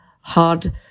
hard